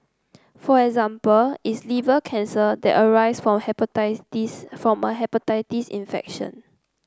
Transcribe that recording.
for example is liver cancer that arise for from a hepatitis infection